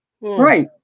Right